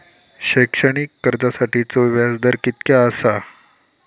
शैक्षणिक कर्जासाठीचो व्याज दर कितक्या आसा?